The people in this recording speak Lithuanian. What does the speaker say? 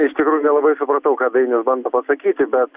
iš tikrųjų nelabai supratau ką dainius bando pasakyti bet